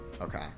Okay